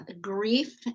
grief